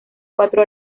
cuatro